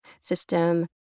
system